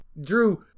Drew